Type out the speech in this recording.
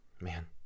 Man